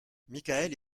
michaël